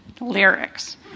lyrics